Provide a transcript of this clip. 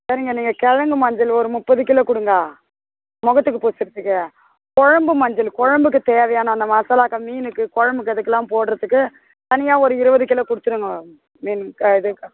சரிங்க நீங்கள் கிழங்கு மஞ்சள் ஒரு முற்பது கிலோ கொடுங்க முகத்துக்கு பூசுரத்துக்கு குழம்பு மஞ்சள் குழம்புக்கு தேவையான அந்த மசாலாக்கு மீனுக்கு குழம்புக்கு அதுக்குலாம் போடுறதுக்கு தனியாக ஒரு இருபது கிலோ கொடுத்துருங்க மீன் இது அக்கா